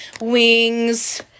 wings